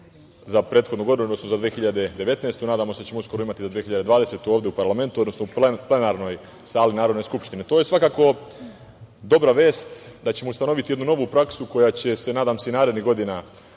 za prethodnu godinu, odnosno za 2019. godinu. Nadam se da ćemo uskoro imati i za 2020. godinu ovde u parlamentu, odnosno u plenarnoj sali Narodne skupštine. To je svakako dobra vest da ćemo ustanoviti jednu novu praksu koja će se i narednih godina